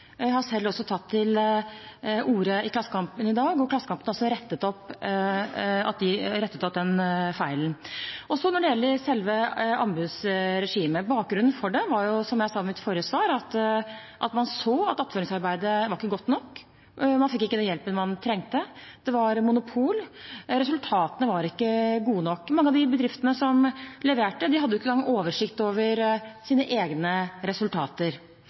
selv har uttalt seg i Klassekampen i dag, og Klassekampen har også rettet opp den feilen. Når det så gjelder selve anbudsregimet, var bakgrunnen for det, som jeg sa i mitt forrige innlegg, at man så at attføringsarbeidet ikke var godt nok. Man fikk ikke den hjelpen man trengte, det var monopol, resultatene var ikke gode nok. Mange av de bedriftene som leverte, hadde ikke engang oversikt over sine egne resultater.